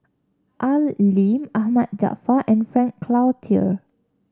Al Lim Ahmad Jaafar and Frank Cloutier